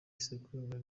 isekurume